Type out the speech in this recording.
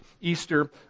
Easter